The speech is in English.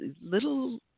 little